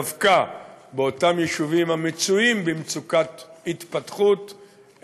דווקא באותם יישובים המצויים במצוקת התפתחות,